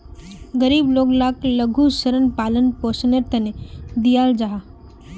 गरीब लोग लाक लघु ऋण पालन पोषनेर तने दियाल जाहा